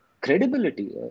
credibility